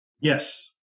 Yes